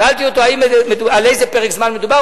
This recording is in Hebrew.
שאלתי אותו: על איזה פרק זמן מדובר?